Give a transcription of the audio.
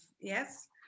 yes